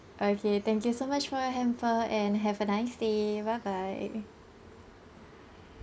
okay thank you so much for your hamper and have a nice day bye bye